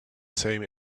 same